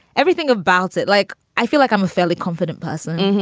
everything about it. like i feel like i'm a fairly confident person.